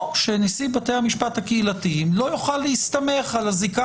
או שנשיא בתי המשפט הקהילתיים לא יוכל להסתמך על הזיקה